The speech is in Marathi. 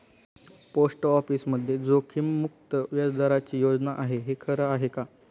पोस्ट ऑफिसमध्ये जोखीममुक्त व्याजदराची योजना आहे, हे खरं आहे का?